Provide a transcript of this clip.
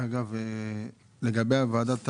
יש פה משהו לגבי ועדת הערר?